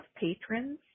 patrons